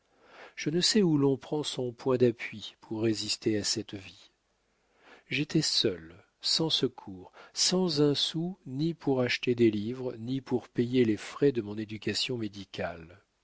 je ne sais où l'on prend son point d'appui pour résister à cette vie j'étais seul sans secours sans un sou ni pour acheter des livres ni pour payer les frais de mon éducation médicale